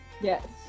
Yes